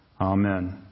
Amen